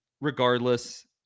regardless